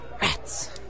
Rats